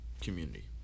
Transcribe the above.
community